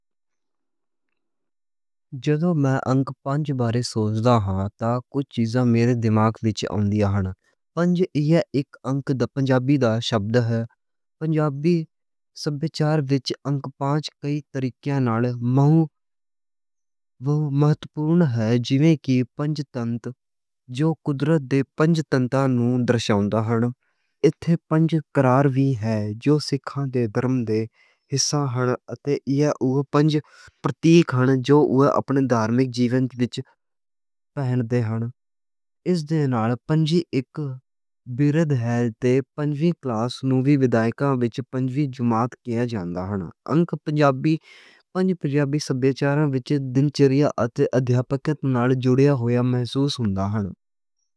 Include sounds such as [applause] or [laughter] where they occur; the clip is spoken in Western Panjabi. جدو میں انک پنج بارے سوچدا ہا تاں کجھ چیزاں میرے دماغ لئی آون لیاں بن جے۔ پنج اک انک پنجابی دا شبد ہے۔ پنجابی سبھچار وچ انک پنج کئی طریقیاں نال مہُں [hesitation] وہ مہتوپورن ہے۔ پنج تت جو قدرت دے پنج تتاں نوں درساوندا ہن، ایتھے پنج ککار وی ہن۔ جو سکھاں دے دھرم دے حصہ ہن اتے یہ اوہ پنج پرتیک ہن۔ جو اوہ اپنے دھارمک جیون وچ [hesitation] پہن دے ہن۔ اس دے نال پنجویں کلاس نوں وی پنجویں جماعت کہا جاندا ہے۔ انک پنجابی سبھچار وچ دنچریہ اتے ادھیاپک نال جوڑیا ہویا محسوس ہوندا ہے۔